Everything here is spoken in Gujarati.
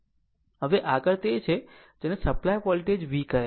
હવે આગળ તે છે જેને સપ્લાય વોલ્ટેજ V કહે છે